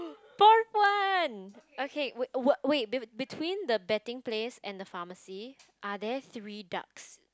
fourth one okay wait~ wait wait~ between the betting place and the pharmacy are there three ducks